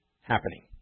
happening